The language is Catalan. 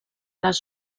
les